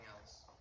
else